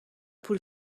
پول